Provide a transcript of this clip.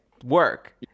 work